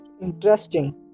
interesting